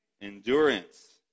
Endurance